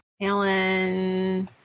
Alan